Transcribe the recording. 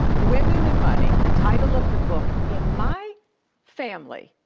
women and money, the title of the book. in my family,